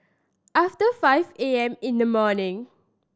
after five A M in the morning